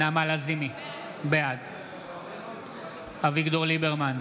נעמה לזימי, בעד אביגדור ליברמן,